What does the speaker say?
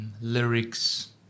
lyrics